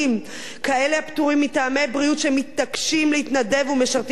כאלה הפטורים מטעמי בריאות שמתעקשים להתנדב ומשרתים בצבא.